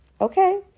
okay